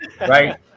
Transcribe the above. right